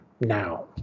now